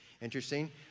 Interesting